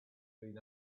been